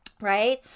right